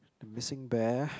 missing bear